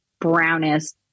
brownest